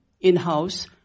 in-house